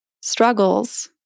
struggles